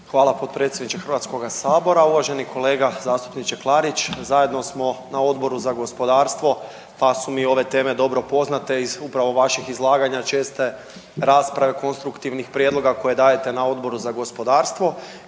Hvala potpredsjedniče HS-a, uvaženi kolega zastupniče Klarić. Zajedno smo na Odboru za gospodarstvo pa su mi ove teme dobro poznate iz upravo vaših izlaganja česte rasprave konstruktivnih prijedloga koje dajete na Odboru za gospodarstvo